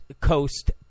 Coast